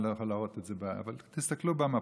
אני לא יכול להראות את זה, אבל תסתכלו במפה.